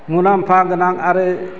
मुलाम्फा गोनां आरो